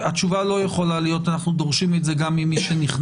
התשובה לא יכולה להיות: אנחנו דורשים את זה גם ממי שנכנס